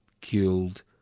killed